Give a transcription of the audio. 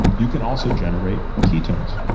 you can also generate ketones.